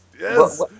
yes